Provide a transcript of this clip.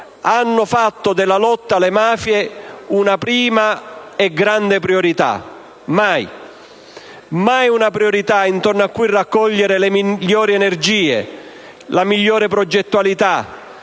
hanno fatto della lotta alle mafie una prima e grande priorità: mai una priorità intorno a cui raccogliere le migliori energie e la migliore progettualità;